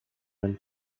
and